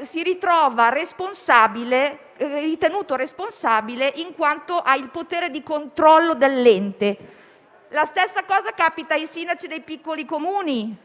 si ritrova a esser ritenuto responsabile in quanto ha il potere di controllo dell'ente. La stessa cosa capita ai sindaci dei piccoli Comuni,